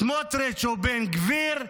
סמוטריץ' ובן גביר,